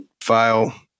file